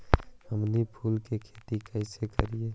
हमनी फूल के खेती काएसे करियय?